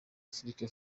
afrique